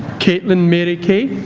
caitlin mary kay